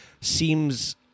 seems